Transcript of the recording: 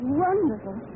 wonderful